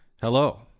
Hello